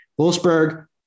Wolfsburg